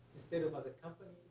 instead of other companies